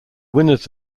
winners